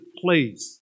place